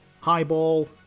Highball